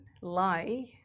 lie